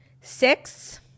Six